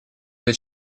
для